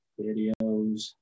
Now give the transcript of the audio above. videos